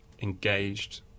engaged